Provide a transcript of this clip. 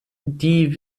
die